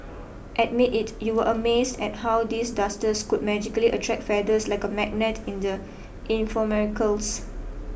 admit it you were amazed at how these dusters could magically attract feathers like a magnet in the infomercials